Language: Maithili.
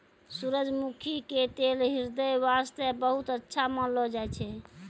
सूरजमुखी के तेल ह्रदय वास्तॅ बहुत अच्छा मानलो जाय छै